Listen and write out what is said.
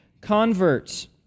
converts